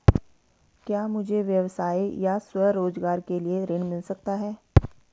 क्या मुझे व्यवसाय या स्वरोज़गार के लिए ऋण मिल सकता है?